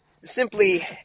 simply